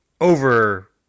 over